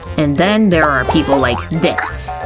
and then there are people like this.